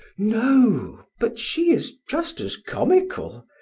no. but she is just as comical.